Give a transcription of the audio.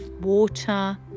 water